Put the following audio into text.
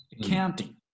accounting